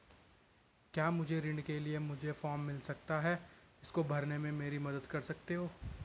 क्या मुझे ऋण के लिए मुझे फार्म मिल सकता है इसको भरने में मेरी मदद कर सकते हो?